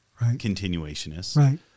continuationists